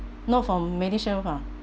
not from medishield ah